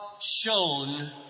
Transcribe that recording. shown